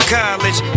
college